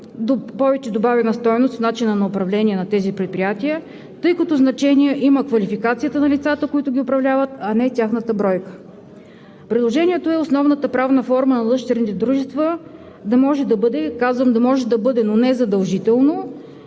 повече добавена стойност в начина на управление на тези предприятия, тъй като значение има квалификацията на лицата, които ги управляват, а не тяхната бройка. Приложението е основната правна форма на дъщерните дружества да може да бъде – казвам: да може да бъде, но не задължително